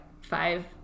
five